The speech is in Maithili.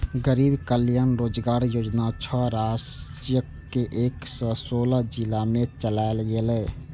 गरीब कल्याण रोजगार योजना छह राज्यक एक सय सोलह जिला मे चलायल गेलै